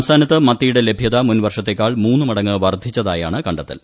സംസ്ഥാനത്ത് മത്തിയുടെ ലഭ്യത മുൻ വർഷത്തേക്കാൾ മൂന്ന് മടങ്ങ് വർധിച്ചതായാണ് കണ്ടെത്തൽ